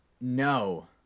no